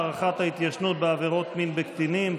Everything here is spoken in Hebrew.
הארכת ההתיישנות בעבירות מין בקטינים),